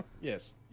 Yes